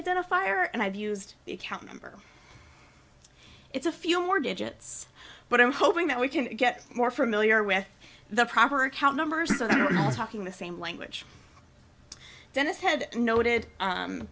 identifier and i've used the account number it's a few more digits but i'm hoping that we can get more familiar with the proper account numbers are talking the same language dennis had noted